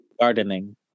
Gardening